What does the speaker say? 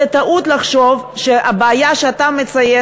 זו טעות לחשוב שהבעיה שאתה מציין